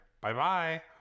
Bye-bye